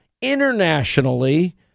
internationally